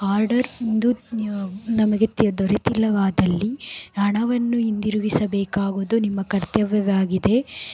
order ಎಂದು ನಮಗೆ ದೊರಕಿಲ್ಲವಾದಲ್ಲಿ ಹಣವನ್ನು ಹಿಂದಿರುಗಿಸಬೇಕಾಗುವುದು ನಿಮ್ಮ ಕರ್ತವ್ಯವಾಗಿದೆ